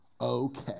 okay